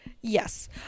Yes